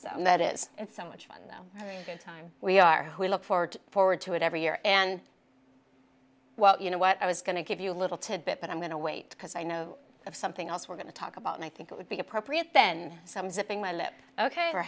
so that is so much fun no time we are who look forward forward to it every year and well you know what i was going to give you a little tidbit but i'm going to wait because i know of something else we're going to talk about and i think it would be appropriate then some zipping my lips ok for